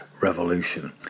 revolution